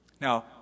Now